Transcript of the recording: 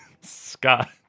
Scott